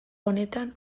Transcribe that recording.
honetan